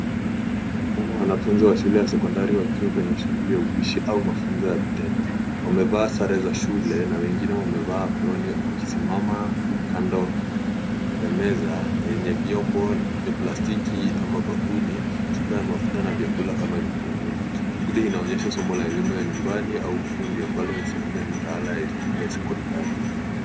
Hapa naona waanfunzi wa sekondari wakiwa kwenye shughuli ya ubishi au mafunzo ya vitendo wamevaa sare za shule na wengine wamevaa aproni wakisimama kando ya meza enye vyombo vya plastiki ama bakuli, chuba ya mafuta na vyakula kama vitukuu, shughuli inaonyesha somo ya elimu ya nyumbani au fundi ambalo ni sehemu ya mtaala ya elimu ya sekondari.